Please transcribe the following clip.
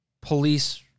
police